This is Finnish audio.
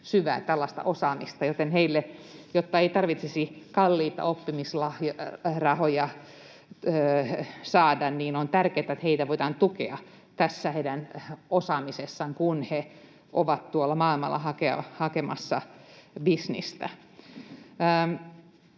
syvää tällaista osaamista, joten heille, jotta ei tarvitsisi kalliita oppimisrahoja maksaa, on tärkeätä, että heitä voidaan tukea tässä heidän osaamisessaan, kun he ovat tuolla maailmalla hakemassa bisnestä.